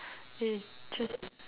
eh just